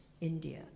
India